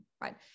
right